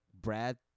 Brad